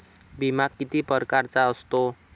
बिमा किती परकारचा असतो?